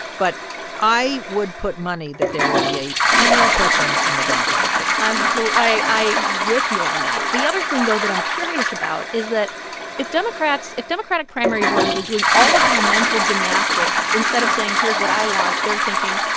but i would put money that there will be a female person on the democratic ticket i'm so with you on that. the other thing, though, that i'm curious about is that if democrats if democratic primary voters are doing all of these mental gymnastics instead of saying, here's what i want, they're thinking,